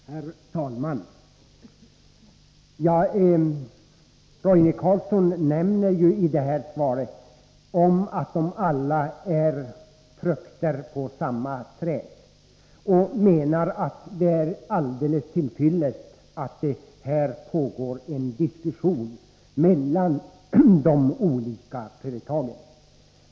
Herr talman! Roine Carlsson nämner i sitt svar att dessa företag alla är frukter på samma träd och menar att det är alldeles till fyllest att det pågår en diskussion mellan de olika företagen.